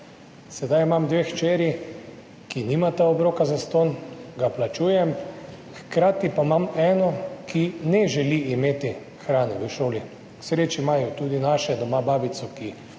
Sedaj imam dve hčeri, ki nimata obroka zastonj, ga plačujem, hkrati pa imam eno, ki ne želi imeti hrane v šoli. K sreči imajo tudi naše doma babico, ki še